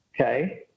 okay